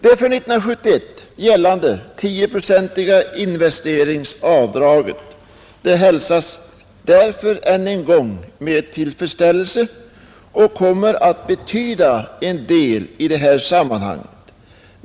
Det för 1971 gällande tioprocentiga investeringsavdraget hälsas därför än en gång med tillfredsställelse och kommer att betyda en del i detta sammanhang.